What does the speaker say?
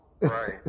Right